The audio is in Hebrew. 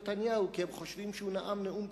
לנתניהו כי הם חושבים שהוא נאם נאום ציוני,